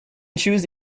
choose